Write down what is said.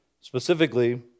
specifically